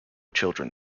children